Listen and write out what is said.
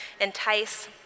entice